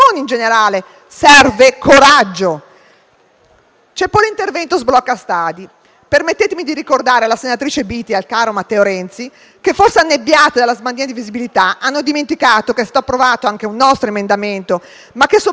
Serve coraggio. C'è poi l'intervento sblocca-stadi. Permettetemi di ricordare alla senatrice Biti e al caro Matteo Renzi, che forse sono annebbiati dalla smania di visibilità e lo hanno dimenticato, che è stato approvato anche un nostro emendamento, ma soprattutto